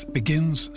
begins